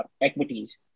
equities